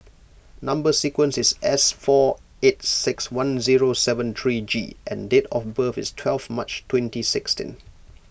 Number Sequence is S four eight six one zero seven three G and date of birth is twelve March twenty sixteen